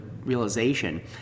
realization